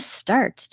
start